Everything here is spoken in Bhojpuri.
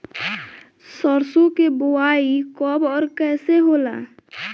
सरसो के बोआई कब और कैसे होला?